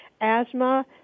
asthma